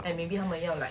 like maybe 他们用 like